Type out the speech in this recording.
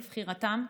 לבחירתם,